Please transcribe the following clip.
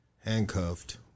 Handcuffed